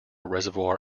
reservoir